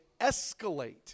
escalate